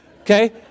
Okay